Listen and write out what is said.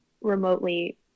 remotely